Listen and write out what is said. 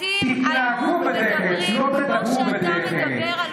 מעטים היו מדברים כמו שאתה מדבר על במת הכנסת,